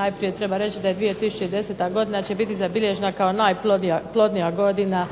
Najprije treba reći da je 2010. godina će biti zabilježena kao najplodnija godina